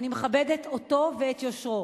אני מכבדת אותו ואת יושרו,